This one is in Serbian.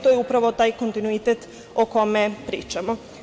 To je upravo taj kontinuitet o kome pričamo.